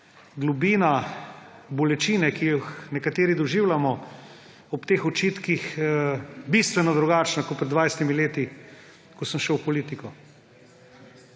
globina bolečine, ki jo nekateri doživljamo ob teh očitkih, bistveno drugačna kot pred 20 leti, ko sem šel v politiko.